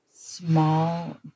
small